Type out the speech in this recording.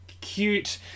cute